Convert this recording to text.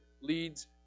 leads